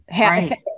Right